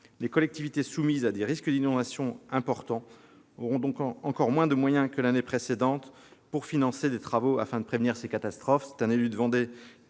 Les collectivités soumises à des risques d'inondation importants auront donc encore moins de moyens que l'année dernière pour financer des travaux afin de prévenir ces catastrophes.